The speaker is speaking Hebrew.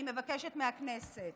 אני מבקשת מהכנסת